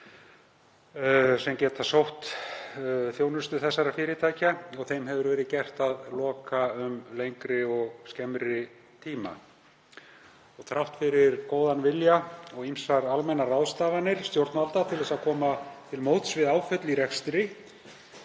sem geta sótt þjónustu þessara fyrirtækja og þeim hefur verið gert að loka um lengri og skemmri tíma. Þrátt fyrir góðan vilja og ýmsar almennar ráðstafanir stjórnvalda til að koma til móts við áföll í rekstri,